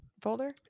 folder